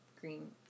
green